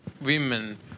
women